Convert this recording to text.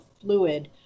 fluid